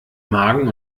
magen